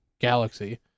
galaxy